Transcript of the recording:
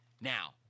Now